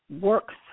works